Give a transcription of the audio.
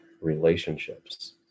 relationships